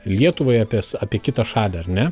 lietuvai apie s apie kitą šalį ar ne